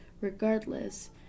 Regardless